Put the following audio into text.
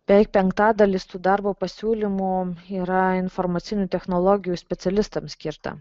beveik penktadalis tų darbo pasiūlymo yra informacinių technologijų specialistams skirta